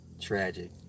tragic